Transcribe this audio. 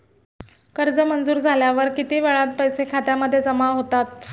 कर्ज मंजूर झाल्यावर किती वेळात पैसे खात्यामध्ये जमा होतात?